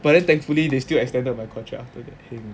but then thankfully they still extended my contract after that heng ah